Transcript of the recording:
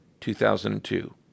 2002